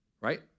right